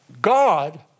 God